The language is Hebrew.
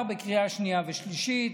בקריאה שנייה ושלישית.